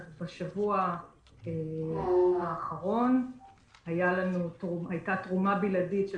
בשבוע האחרון הייתה תרומה בלעדית של